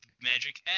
magic